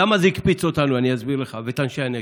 למה זה הקפיץ אותנו ואת אנשי הנגב?